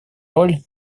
роль